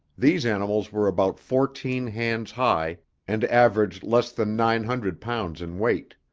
these animals were about fourteen hands high and averaged less than nine hundred pounds in weight.